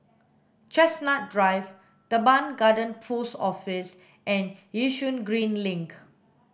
Chestnut Drive Teban Garden Post Office and Yishun Green Link